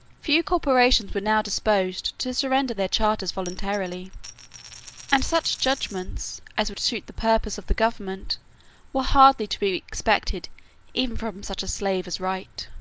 few corporations were now disposed to surrender their charters voluntarily and such judgments as would suit the purposes of the government were hardly to be expected even from such a slave as wright.